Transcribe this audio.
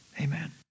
Amen